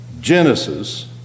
Genesis